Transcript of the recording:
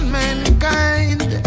mankind